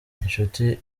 inshuti